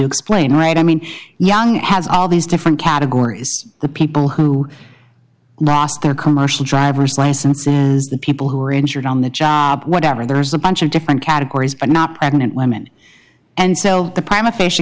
explain right i mean young has all these different categories the people who lost their commercial driver's licenses the people who are injured on the job whatever there's a bunch of different categories but not going to women and so the